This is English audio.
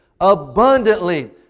abundantly